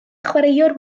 chwaraewr